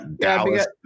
Dallas